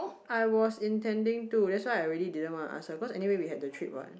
I was intending to that's why I really didn't wanna ask her cause anyway we had the trip what